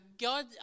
God